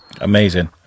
Amazing